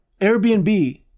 Airbnb